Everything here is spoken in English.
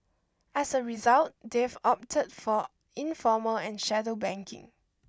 as a result they've opted for informal and shadow banking